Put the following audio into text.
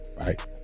right